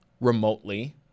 remotely